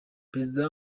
perezida